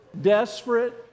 desperate